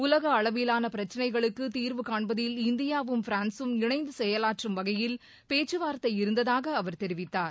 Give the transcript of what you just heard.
உலக அளவிலான பிரச்சனைகளுக்கு தீர்வு காண்பதில் இந்தியாவும் பிரான்சும் இணைந்து செயலாற்றும் வகையில் பேச்சுவார்த்தை இருந்ததாக அவர் தெரிவித்தார்